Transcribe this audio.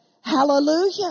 Hallelujah